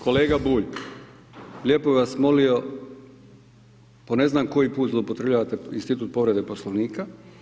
Kolega Bulj, lijepo bi vas molio, po ne znam koji put, zloupotrebljavate institut povrede Poslovnika.